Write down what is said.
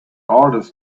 orders